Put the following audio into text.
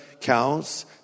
cows